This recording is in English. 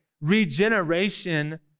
regeneration